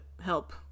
help